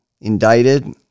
indicted